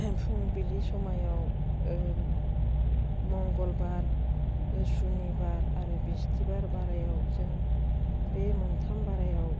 फुंबिलि समाव मंगलबार सनिबार आरो बिस्टिबार बारायाव जों बे मोनथाम बारायाव